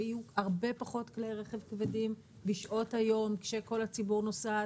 שיהיו הרבה פחות כלי רכב כבדים בשעות היום כשכל הציבור נוסע.